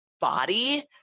body